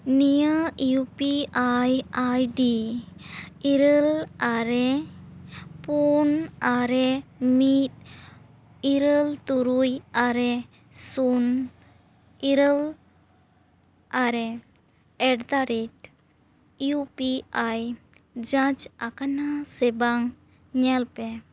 ᱱᱤᱭᱟᱹ U P I I D ᱤᱨᱟᱹᱞ ᱟᱨᱮ ᱯᱩᱱ ᱟᱨᱮ ᱢᱤᱫ ᱤᱨᱟᱹᱞ ᱛᱩᱨᱩᱭ ᱟᱨᱮ ᱥᱩᱱ ᱤᱨᱟᱹᱞ ᱟᱨᱮ at the rate U P I ᱡᱟᱸᱪ ᱟᱠᱟᱱᱟ ᱥᱮ ᱵᱟᱝ ᱧᱮᱞᱯᱮ